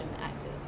actors